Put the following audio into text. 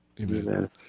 Amen